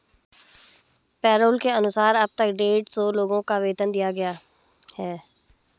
payroll के अनुसार अब तक डेढ़ सौ लोगों को वेतन दिया गया है